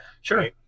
Sure